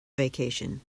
vacation